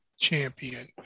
champion